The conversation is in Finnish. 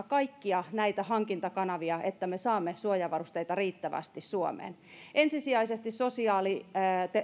kaikkia näitä hankintakanavia että me saamme suojavarusteita riittävästi suomeen ensisijaisesti sosiaali